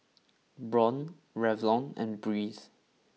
Braun Revlon and Breeze